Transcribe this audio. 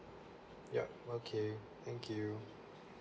yup okay thank you